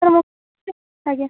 ଅ ହ ଆଜ୍ଞା